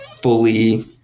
fully